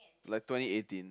like twenty eighteen